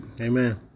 Amen